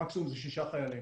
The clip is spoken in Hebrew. המקסימום הוא 6 חיילים.